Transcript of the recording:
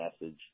message